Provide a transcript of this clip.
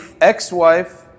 ex-wife